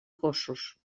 gossos